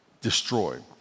destroyed